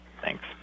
Thanks